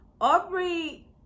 Aubrey